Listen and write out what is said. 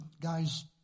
guys